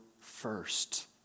first